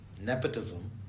nepotism